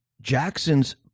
Jackson's